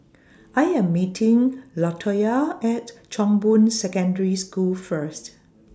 I Am meeting Latoyia At Chong Boon Secondary School First